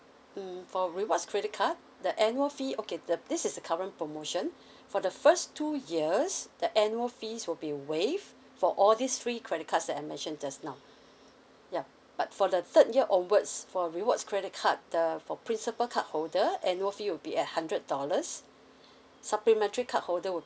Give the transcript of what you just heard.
mm for rewards credit card the annual fee okay the this is the current promotion for the first two years the annual fees will be waived for all these three credit cards that I mentioned just now ya but for the third year onwards for rewards credit card the for principal card holder annual fee will be a hundred dollars supplementary card holder would